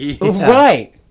Right